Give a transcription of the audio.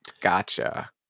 Gotcha